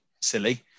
silly